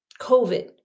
COVID